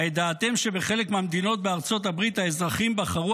הידעתם שבחלק מהמדינות בארצות הברית האזרחים בחרו